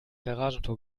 garagentor